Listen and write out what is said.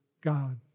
God